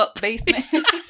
Basement